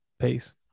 peace